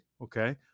okay